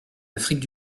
afrique